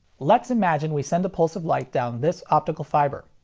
let's imagine we send a pulse of light down this optical fiber.